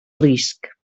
risc